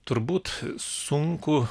turbūt sunku